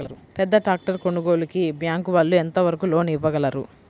పెద్ద ట్రాక్టర్ కొనుగోలుకి బ్యాంకు వాళ్ళు ఎంత వరకు లోన్ ఇవ్వగలరు?